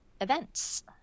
events